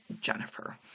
Jennifer